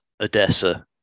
Odessa